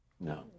No